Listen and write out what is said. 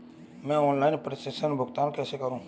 मैं ऑनलाइन प्रेषण भुगतान कैसे करूँ?